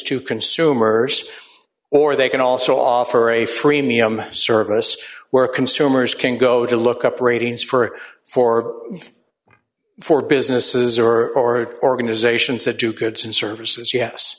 to consumers or they can also offer a freemium service where consumers can go to look up ratings for for for businesses or organizations that do goods and services yes